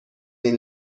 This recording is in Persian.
این